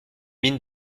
mine